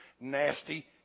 nasty